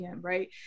Right